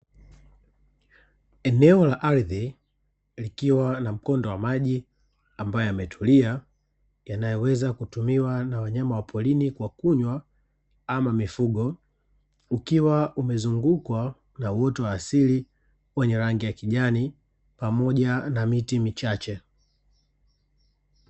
Eneo la ardhi likiwa na mkondo wa maji ambayo yametulia yanayoweza kutumiwa na wanyama wa porini kwa kunywa ama mifugo ukiwa umezungukwa na uwoto wa asili wenye rangi ya kijani pamoja na miti michache